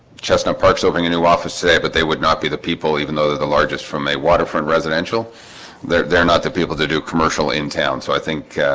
chestnut parks opening a new office today, but they would not be the people even though they're the largest from a waterfront residential they're they're not that people to do commercial in town. so i think